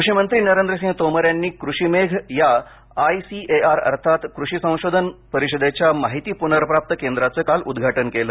कृषी मंत्री नरेंद्र सिंह तोमर यांनी कृषी मेघ या आय सी ए आर अर्थात कृषी संशोधन परिषदेच्या माहिती पुनर्प्राप्त केंद्राचं काल उद्घाटन केलं